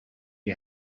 you